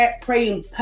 praying